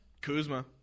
Kuzma